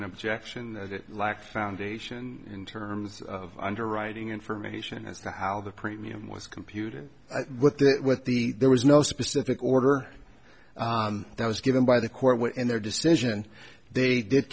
an objection that it lacked foundation in terms of underwriting information as to how the premium was computed what the what the there was no specific order that was given by the court in their decision they did